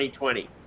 2020